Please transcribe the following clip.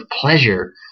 pleasure